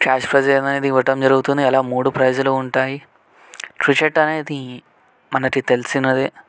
cash prize అనేది ఇవ్వడం జరుగుతుంది అలా మూడు ప్రైజ్లు ఉంటాయి క్రికెట్ అనేది మనకి తెలిసినదే